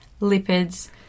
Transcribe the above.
lipids